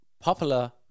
popular